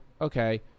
okay –